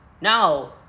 No